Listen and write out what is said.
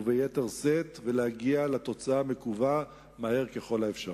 וביתר שאת, ולהגיע לתוצאה המקווה מהר ככל האפשר.